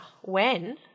when